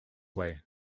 way